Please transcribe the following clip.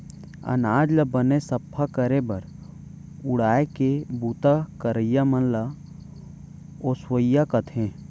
अनाज ल बने सफ्फा करे बर उड़ाय के बूता करइया मन ल ओसवइया कथें